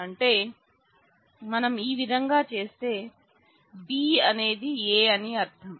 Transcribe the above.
అంటే మనం ఈ విధంగా చేస్తే B అనేది A అని అర్థం